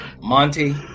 Monty